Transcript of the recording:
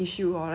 oily